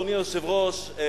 אדוני היושב-ראש,